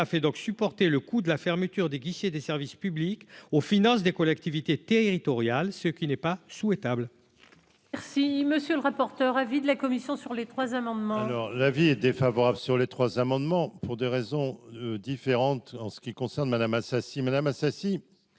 fait donc supporter le coût de la fermeture des guichets des services publics aux finances des collectivités territoriales, ce qui n'est pas souhaitable. Merci monsieur. Que le rapporteur, avis de la commission sur les trois amendements. Non, l'avis est défavorable sur les trois amendements pour des raisons différentes en ce qui concerne Madame Assassi Madame Assassi